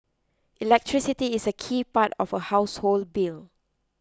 electricity is a key part of a household bill